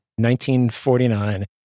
1949